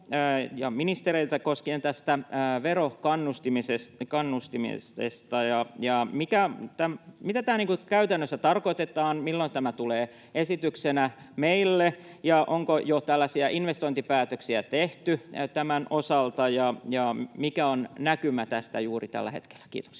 ja ministereiltä koskien verokannustimia, mitä tällä käytännössä tarkoitetaan: Milloin tämä tulee esityksenä meille, ja onko jo tällaisia investointipäätöksiä tehty tämän osalta? Mikä on näkymä tästä juuri tällä hetkellä? — Kiitoksia.